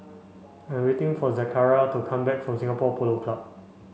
I'm waiting for Zachariah to come back from Singapore Polo Club